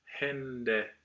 Hände